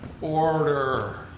order